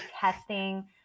testing